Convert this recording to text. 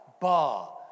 bar